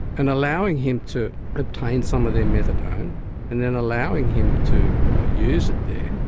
and allowing him to obtain some of their methadone and then allowing him to use it there,